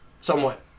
somewhat